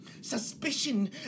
Suspicion